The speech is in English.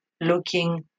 looking